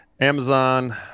Amazon